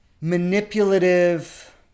manipulative